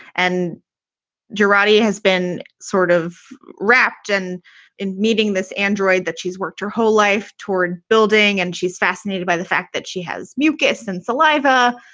and girardi has been sort of wrapped and in meeting this android that she's worked her whole life toward building. and she's fascinated by the fact that she has mucus and saliva.